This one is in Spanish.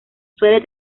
suele